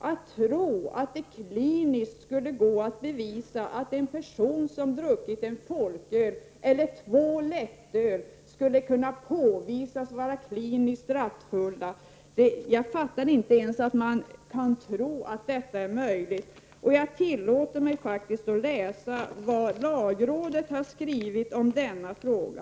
Att någon kan tro att det kliniskt skulle gå att bevisa att en person som har druckit en folköl eller två lättöl är kliniskt rattfull kan jag inte fatta. Jag tillåter mig faktiskt att återge vad lagrådet har skrivit i denna fråga.